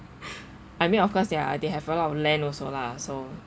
I mean of course they ah they have a lot of land also lah so